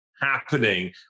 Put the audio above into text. happening